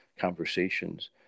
conversations